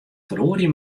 feroarje